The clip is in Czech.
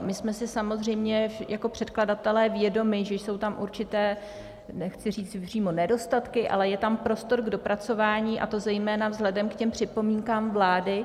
My jsme si samozřejmě jako předkladatelé vědomi, že jsou tam určité, nechci říci přímo nedostatky, ale je tam prostor k dopracování, zejména vzhledem k připomínkám vlády.